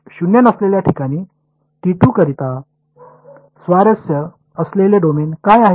शून्य नसलेल्या ठिकाणी करिता स्वारस्य असलेले डोमेन काय आहे